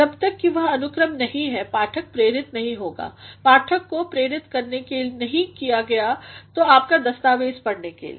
जब तक कि वह अनुक्रम नहीं है पाठक प्रेरित नहीं होगा पाठक को प्रेरित नहीं किया जा सकता है आपका दस्तावेज़ पढ़ने के लिए